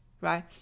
right